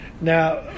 Now